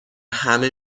همه